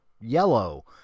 yellow